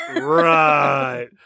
Right